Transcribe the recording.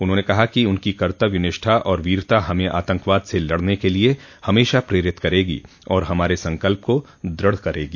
उन्होंने कहा कि उनकी कर्तव्य निष्ठा और वीरता हमें आतंकवाद से लड़ने क लिए हमेशा प्रेरित करेगी और हमारे संकल्प को दुढ़ करेगी